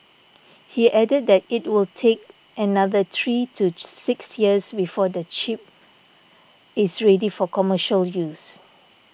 he added that it will take another three to six years before the chip is ready for commercial use